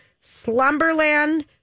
Slumberland